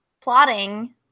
plotting